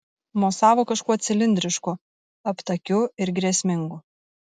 mosavo kažkuo cilindrišku aptakiu ir grėsmingu